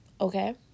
Okay